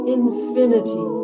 infinity